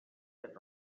that